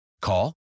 Call